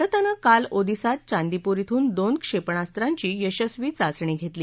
भारतानं काल ओदिसात चांदीपूर ध्वेन दोन क्षेपणास्त्राची यशस्वी चाचणी घेतली